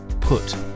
Put